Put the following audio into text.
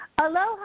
Aloha